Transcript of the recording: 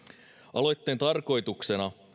aloitteen tarkoituksena